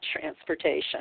transportation